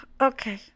Okay